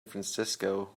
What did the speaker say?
francisco